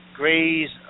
greys